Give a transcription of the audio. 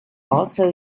also